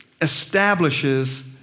establishes